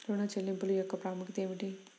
ఋణ చెల్లింపుల యొక్క ప్రాముఖ్యత ఏమిటీ?